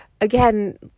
again